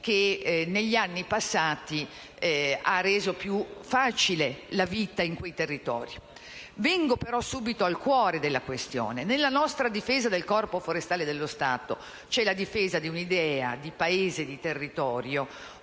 che negli anni passati ha reso più facile la vita nei loro territori. Vengo però subito al cuore della questione: nella nostra difesa del Corpo forestale dello Stato, c'è anche quella di un'idea di Paese e di territorio